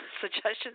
suggestions